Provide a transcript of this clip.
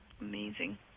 Amazing